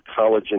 collagen